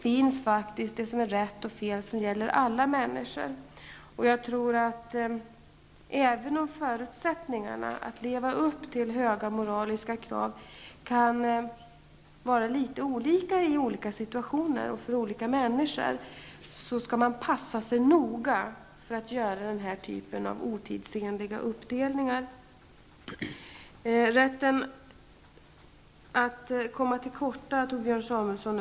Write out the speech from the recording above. Man gör faktiskt både rätt och fel, och det gäller alla människor. Även om förutsättningarna att leva upp till höga moraliska krav kan variera något i olika situationer och för olika människor tror jag att man noga skall passa sig för att göra den här typen av otidsenliga uppdelningar. Frågan om rätten att komma till korta togs upp av Björn Samuelson.